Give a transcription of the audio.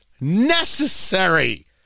necessary